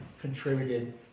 contributed